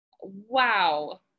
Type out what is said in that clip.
Wow